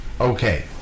okay